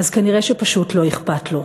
אז כנראה שפשוט לא אכפת לו.